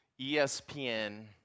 ESPN